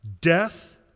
death